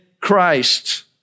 Christ